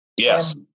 Yes